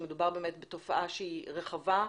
שמדובר בתופעה שהיא רחבה.